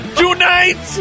tonight